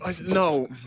no